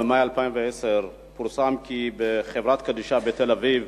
פורסם כי בחברה קדישא בת-אביב